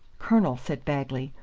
colonel, said bagley,